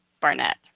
Barnett